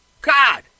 God